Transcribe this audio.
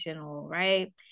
right